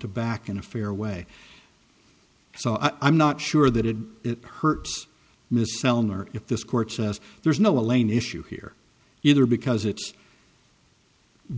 to back in a fair way so i'm not sure that it hurts miss eleanor if this court says there's no elaine issue here either because it